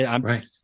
Right